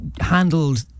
handled